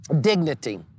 dignity